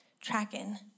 tracking